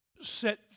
set